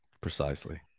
Precisely